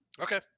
Okay